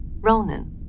Ronan